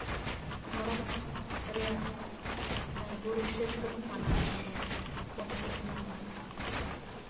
ᱫᱷᱚᱨᱚᱢ ᱨᱮᱭᱟᱜ ᱜᱩᱨᱩ ᱦᱤᱥᱟᱹᱵ ᱛᱮᱵᱚᱱ ᱢᱟᱱᱟᱣᱮ ᱜᱮᱭᱟ ᱯᱚᱸᱰᱤᱛ ᱨᱟᱹᱜᱷᱩᱱᱟᱛᱷ ᱢᱩᱨᱢᱩ